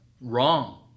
wrong